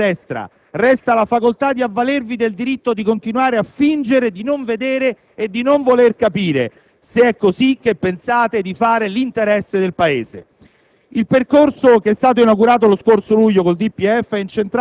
numeri difficili da smentire. A voi, colleghi della destra, resta la facoltà di avvalervi del diritto di continuare a fingere di non vedere e di non voler capire, se è così che pensate di fare l'interesse del Paese.